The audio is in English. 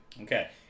Okay